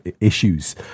issues